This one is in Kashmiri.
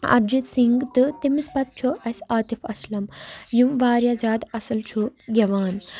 اَرجیٖت سِنٛگھ تہٕ تٔمِس پَتہٕ چھُ اَسہِ عاطف اَسلَم یِم واریاہ زیادٕ اَصٕل چھُ گٮ۪وان